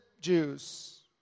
Jews